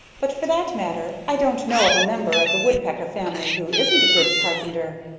but for that matter i don't know of a member of the woodpecker family who isn't a good carpenter.